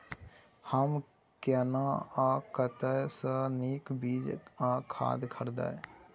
हम केना आ कतय स नीक बीज आ खाद खरीदे?